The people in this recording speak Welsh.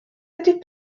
ydy